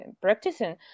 practicing